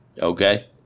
Okay